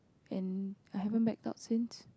and I haven't met up since